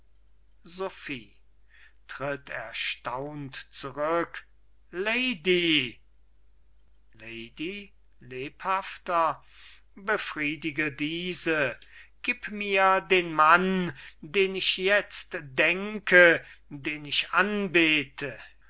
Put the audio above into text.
zurück lady lady lebhafter befriedige diese gib mir den mann den ich jetzt denke den ich anbete sterben